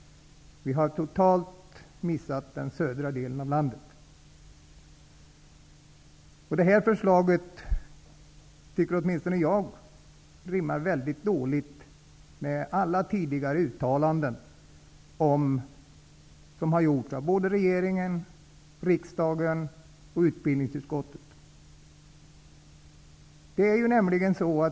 Man har totalt missat den södra delen av landet. Jag tycker att det här förslaget rimmar väldigt dåligt med alla tidigare uttalanden som har gjorts såväl av regeringen och riksdagen som av utbildningsutskottet. Fru talman!